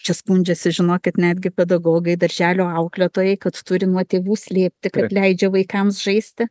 čia skundžiasi žinokit netgi pedagogai darželio auklėtojai kad turi nuo tėvų slėpti kad leidžia vaikams žaisti